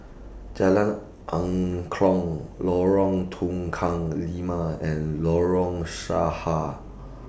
Jalan Angklong Lorong Tukang Lima and Lorong Sarha